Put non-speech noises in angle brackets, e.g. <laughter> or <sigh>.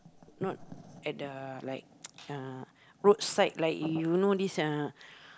not at the like <noise> uh roadside like you know this uh